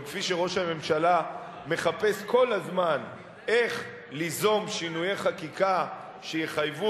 וכפי שראש הממשלה מחפש כל הזמן איך ליזום שינויי חקיקה שיחייבו